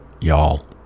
y'all